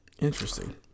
Interesting